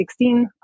2016